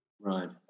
Right